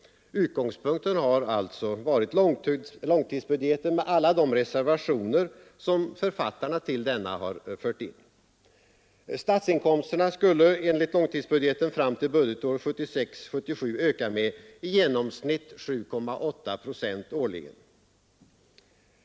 Utgångspunkten har alltså varit långtidsbudgeten med alla de reservationer som författarna till den har fört in. Statsinkomsterna skulle enligt långtidsbudgeten fram till budgetåret 1976/77 öka med i genomsnitt 7,8 procent årligen.